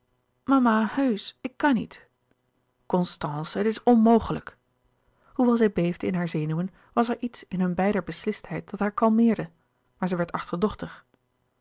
mama heusch ik kan niet constance het is onmogelijk hoewel zij beefde in haar zenuwen was er iets in hun beider beslistheid dat haar kalmeerde maar zij werd achterdochtig